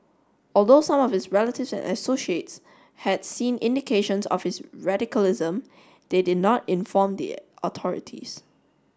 although some of his relatives and associates had seen indications of his radicalism they did not inform the authorities